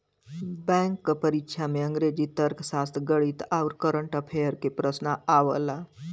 bank क परीक्षा में अंग्रेजी, तर्कशास्त्र, गणित आउर कंरट अफेयर्स के प्रश्न आवला